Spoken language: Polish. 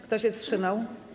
Kto się wstrzymał?